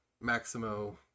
maximo